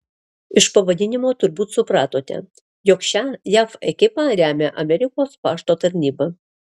iš pavadinimo turbūt supratote jog šią jav ekipą remia amerikos pašto tarnyba